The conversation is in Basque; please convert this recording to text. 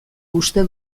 uste